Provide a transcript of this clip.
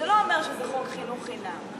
זה לא אומר שזה חוק חינוך חינם,